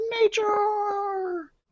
nature